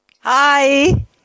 Hi